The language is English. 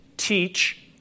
Teach